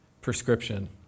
prescription